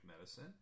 medicine